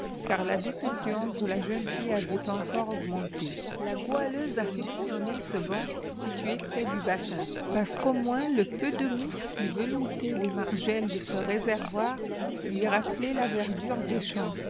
car la douce influence de la jeune fille avait encore augmenté la goualeuse affectionnait ce banc situé près du bassin parce qu'au moins le peu de mousse qui veloutait les margelles de ce réservoir lui rappelait la verdure des champs